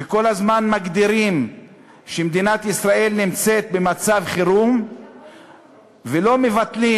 כשכל הזמן מגדירים שמדינת ישראל נמצאת במצב חירום ולא מבטלים.